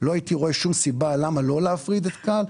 לא הייתי רואה שום סיבה למה לא להפריד את כאל.